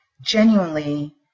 genuinely